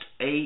eight